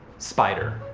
spider.